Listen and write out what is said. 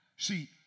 See